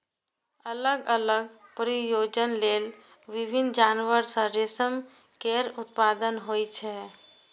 अलग अलग प्रयोजन लेल विभिन्न जानवर सं रेशम केर उत्पादन होइ छै